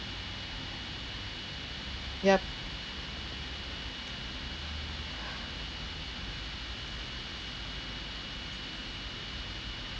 yup